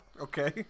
Okay